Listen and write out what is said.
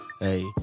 Hey